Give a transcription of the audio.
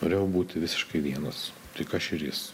norėjau būti visiškai vienas tik aš ir jis